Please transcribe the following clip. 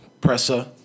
Presser